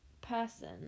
person